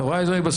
החברה הישראלית,